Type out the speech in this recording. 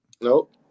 Nope